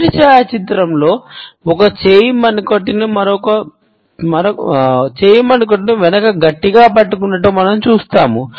మొదటి ఛాయాచిత్రంలో ఒక చేయి మరొక మణికట్టును వెనుక గట్టిగా పట్టుకున్నట్లు మనం చూస్తాము